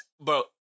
Bro